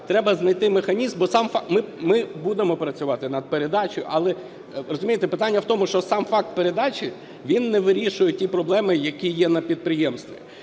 треба знайти механізм, бо сам... Ми будемо працювати над передачею, але, розумієте, питання в тому, що сам факт передачі він не вирішує ті проблеми, які є на підприємстві.